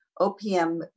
OPM